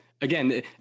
again